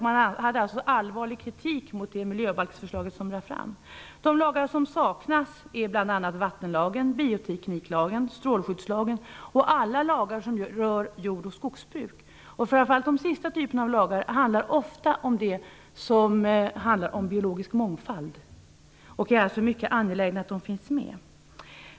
Man riktade alltså allvarlig kritik mot det miljöbalksförslag som lades fram. De lagar som saknas är bl.a. vattenlagen, biotekniklagen, strålskyddslagen och alla lagar som rör jordoch skogsbruk. Framför allt de sistnämnda lagarna handlar ofta om biologisk mångfald. Det är därför mycket angeläget att de finns med.